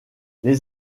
les